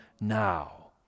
now